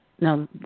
No